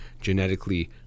genetically